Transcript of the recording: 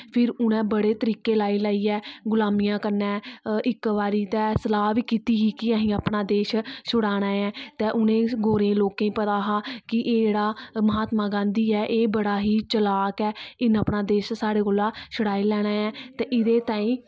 फिर उनें बडे़ तरीके लाई लाई गुलामी कन्नै इक बारी ते सलाह् बी कीती ही कि असें अपना देश छुडाना ऐ ते उंहे गोरे लोके पता हा कि एह् जेहडा महात्मा गांधी ऐ बडा ही चलाक ऐ इंहे अपना देश साढ़े कोला शड़ाई लेना ऐ ते एहदे तांई